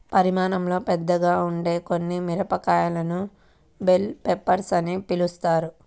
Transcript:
పరిమాణంలో పెద్దగా ఉండే కొన్ని మిరపకాయలను బెల్ పెప్పర్స్ అని పిలుస్తారు